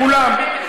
כולם.